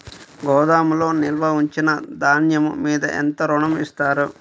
గోదాములో నిల్వ ఉంచిన ధాన్యము మీద ఎంత ఋణం ఇస్తారు?